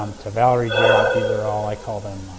um to valerie jared, these are all i call them